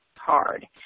hard